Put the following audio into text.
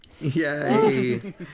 Yay